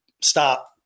stop